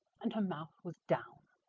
and her mouth was down.